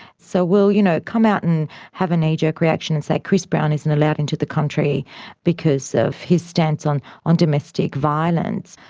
so we'll you know come out and have a knee-jerk reaction and say chris brown isn't allowed into the country because of his stance on on domestic violence,